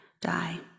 die